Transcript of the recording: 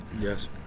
Yes